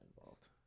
involved